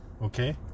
okay